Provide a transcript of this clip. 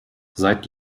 seid